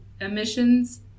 emissions